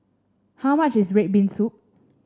how much is red bean soup